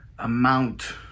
amount